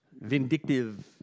vindictive